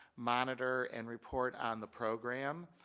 monitor and report on the program.